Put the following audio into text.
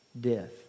death